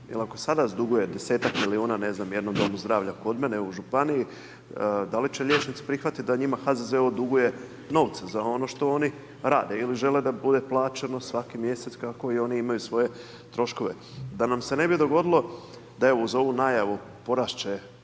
ako sada dugujete 10-tak milijuna ne znam jednom domu zdravlja, kod mene u županiji, da li će liječnici, prihvatiti da njima HZZO duguje novce za ono što oni rade, ili žele da bude plaćeno svaki mjesec, kako oni imaju svoje troškove. Da nam se ne bi dogodilo, da evo, uz ovu najavu, porasti